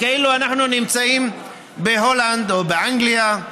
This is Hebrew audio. כאילו אנחנו נמצאים בהולנד או באנגליה,